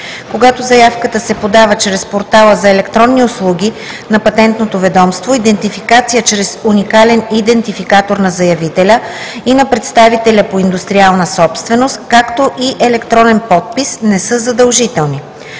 Когато заявката се подава чрез портала за електронни услуги на Патентното ведомство, идентификация чрез уникален идентификатор на заявителя и на представителя по индустриална собственост, както и електронен подпис не са задължителни.“